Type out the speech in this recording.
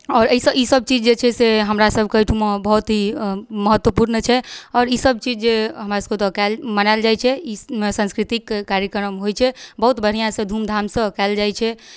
आओर अइसब इ सब चीज जे छै से हमरा सभक अइठमा बहुत ही महत्वपूर्ण छै आओर इसब चीज हमरा सबके एतौ कयल मनायल जाइ छै इ संस्कृतिक कार्यक्रम होइ छै बहुत बढ़िआ सँ धूमधाम सँ कयल जाइ छै